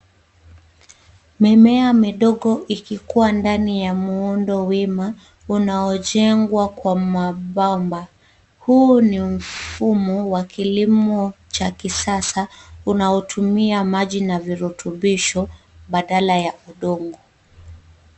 Mimea midogo ikikuwa ndani ya muundo wima unaojengwa kwa mabomba, Huu ni mfumo wa kilimo cha kisasa unaotumia maji na virutubisho badala ya udongo.